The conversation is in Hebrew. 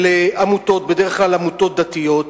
של עמותות, בדרך כלל עמותות דתיות,